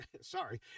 sorry